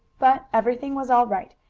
but everything was all right,